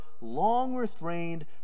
long-restrained